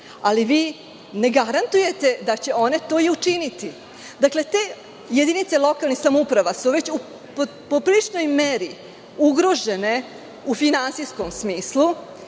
ali ne garantujete da će one to i učiniti. Dakle, te jedinice lokalnih samouprava su već u popriličnoj meri ugrožene u finansijskom smislu